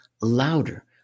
louder